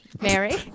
Mary